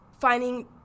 finding